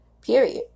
period